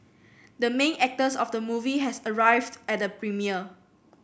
the main actors of the movie has arrived at the premiere